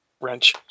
wrench